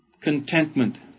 Contentment